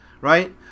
right